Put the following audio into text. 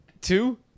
two